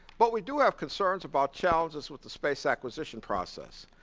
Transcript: but we do have concerns about challenges with the space acquisition process.